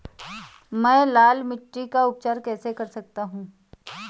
मैं लाल मिट्टी का उपचार कैसे कर सकता हूँ?